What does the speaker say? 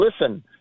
listen